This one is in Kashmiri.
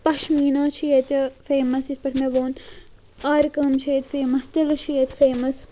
پَشمیٖنا چھِ ییٚتہِ فیمَس یِتھ پٲٹھۍ مےٚ ووٚن آرِ کٲم چھِ ییٚتہِ فیمَس تِلہٕ چھِ ییٚتہِ فیمَس